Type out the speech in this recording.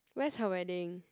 where's her wedding